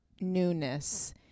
newness